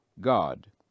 God